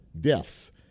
deaths